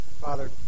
Father